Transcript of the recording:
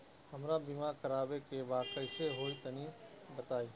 हमरा बीमा करावे के बा कइसे होई तनि बताईं?